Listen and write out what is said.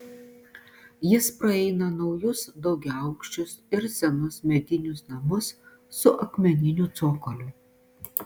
jis praeina naujus daugiaaukščius ir senus medinius namus su akmeniniu cokoliu